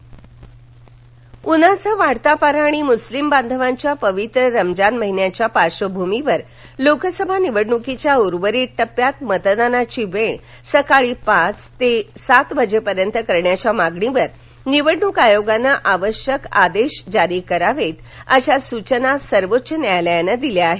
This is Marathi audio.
सर्वोच्च न्यायालय उन्हाचा वाढता पारा आणि मृस्लिम बांधवाच्या पवित्र रमजान महिन्याच्या पार्श्वभूमीवर लोकसभा निवडणुकीच्या उर्वरित टप्प्यात मतदानाची वेळ सकाळी पाच ते सात वाजेपर्यंत करण्याच्या मागणीवर निवडणूक आयोगानं आवश्यक आदेश जारी करावेत अशा सुचना सर्वोच्च न्यायालयानं दिल्या आहेत